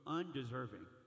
undeserving